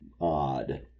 odd